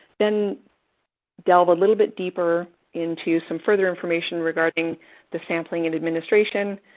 then delve a little bit deeper into some further information regarding the sampling and administration,